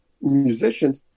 musicians